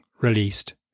released